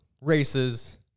races